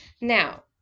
Now